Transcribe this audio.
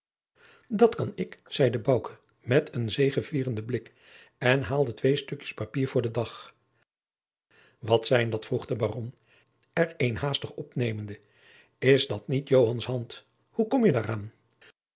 dat kan ik zeide bouke met een zegevierenden blik en haalde twee stukjens papier voor den dag wat zijn dat vroeg de baron er een haastig opnemende is dat niet joans hand hoe kom je daaraan